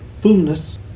fullness